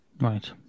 Right